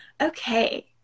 okay